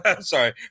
sorry